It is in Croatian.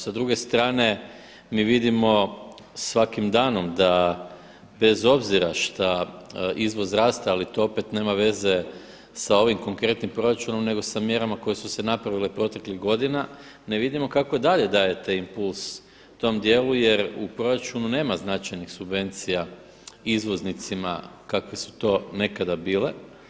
Sa druge strane mi vidimo svakim danom da bez obzira šta izvoz raste ali to opet nema veze sa ovim konkretnim proračunom nego sa mjerama koje su se napravile proteklih godina, ne vidimo kako dalje dajete impuls tom djelu jer u proračunu nema značajnih subvencija izvoznicima kakve su to nekada bile.